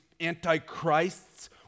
antichrists